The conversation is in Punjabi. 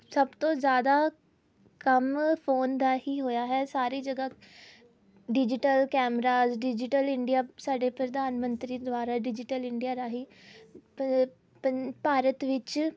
ਸਭ ਤੋਂ ਜ਼ਿਆਦਾ ਕੰਮ ਫੋਨ ਦਾ ਹੀ ਹੋਇਆ ਹੈ ਸਾਰੀ ਜਗ੍ਹਾ ਡਿਜੀਟਲ ਕੈਮਰਾ ਡਿਜੀਟਲ ਇੰਡੀਆ ਸਾਡੇ ਪ੍ਰਧਾਨ ਮੰਤਰੀ ਦੁਆਰਾ ਡਿਜੀਟਲ ਇੰਡੀਆ ਰਾਹੀਂ ਪ ਪੰ ਭਾਰਤ ਵਿੱਚ